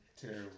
terrible